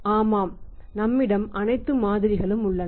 ஆமாம் நம்மிடம் அனைத்து மாதிரிகளும் உள்ளன